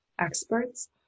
experts